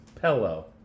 Pillow